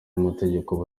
amategeko